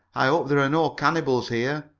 i hope there are no cannibals here,